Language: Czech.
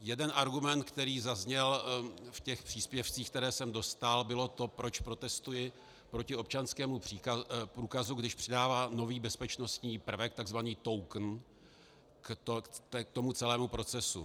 Jeden argument, který zazněl v příspěvcích, které jsem dostal, bylo to, proč protestuji proti občanskému průkazu, když přidává nový bezpečnostní prvek, tzv. token k tomu celému procesu.